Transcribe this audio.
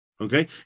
okay